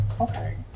okay